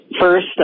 First